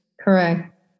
Correct